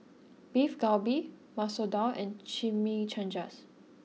Beef Galbi Masoor Dal and Chimichangas